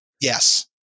yes